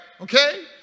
Okay